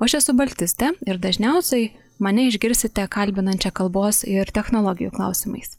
o aš esu baltistė ir dažniausiai mane išgirsite kalbinančią kalbos ir technologijų klausimais